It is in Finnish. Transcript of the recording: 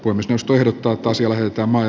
uimistyö stuert tuottoa sijoittamalle